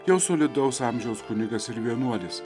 jo solidaus amžiaus kunigas ir vienuolis